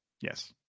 Yes